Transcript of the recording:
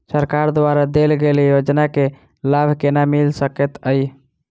सरकार द्वारा देल गेल योजना केँ लाभ केना मिल सकेंत अई?